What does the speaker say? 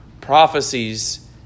prophecies